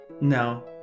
no